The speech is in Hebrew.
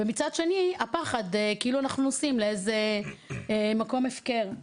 ומצד שני הפחד כאילו אנחנו נוסעים לאיזה מקום הפקר.